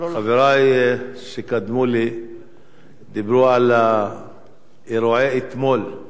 חברי שקדמו לי דיברו על אירועי אתמול,